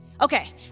okay